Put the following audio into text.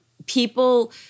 People